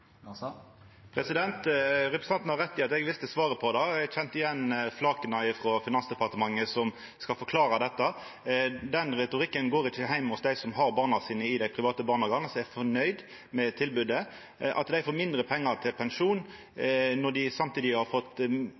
Representanten har rett i at eg visste svaret på det. Eg kjente igjen flaka frå Finansdepartementet som skal forklara dette. Den retorikken går ikkje heim hos dei som har barna sine i dei private barnehagane, og som er fornøgde med tilbodet, at dei får mindre pengar til pensjon når dei samtidig har fått